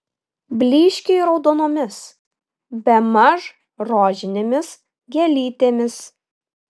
blyškiai raudonomis bemaž rožinėmis gėlytėmis